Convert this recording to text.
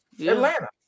Atlanta